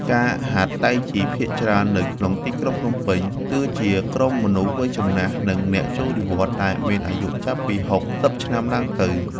អ្នកហាត់តៃជីភាគច្រើននៅក្នុងទីក្រុងភ្នំពេញ គឺជាក្រុមមនុស្សវ័យចំណាស់ និងអ្នកចូលនិវត្តន៍ ដែលមានអាយុចាប់ពី ៦០ ឆ្នាំឡើងទៅ។